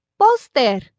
Poster